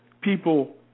people